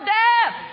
death